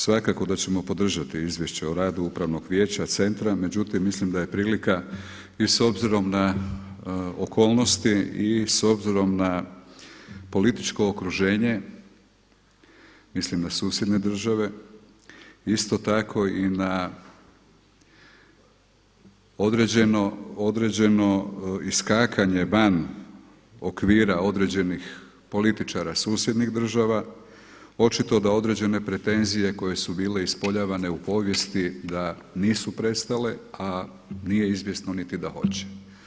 Svakako da ćemo podržati izvješće o radu Upravnog vijeća centra, međutim mislim da je prilika i s obzirom na okolnosti i s obzirom političko okruženje, mislim na susjedne države, isto tako i na određeno iskakanje van okvira određenih političara susjednih država, očito da određene pretenzije koje su bile ispoljavane u povijesti da nisu prestale, a nije izvjesno niti da hoće.